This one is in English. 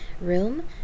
room